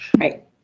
Right